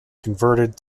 converted